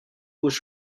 was